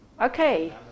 Okay